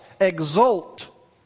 exult